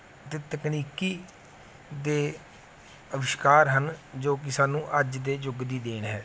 ਦੇ ਤਕਨੀਕੀ ਦੇ ਅਵਿਸ਼ਕਾਰ ਹਨ ਜੋ ਕਿ ਸਾਨੂੰ ਅੱਜ ਦੇ ਯੁੱਗ ਦੀ ਦੇਣ ਹੈ